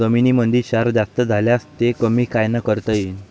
जमीनीमंदी क्षार जास्त झाल्यास ते कमी कायनं करता येईन?